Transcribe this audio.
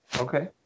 Okay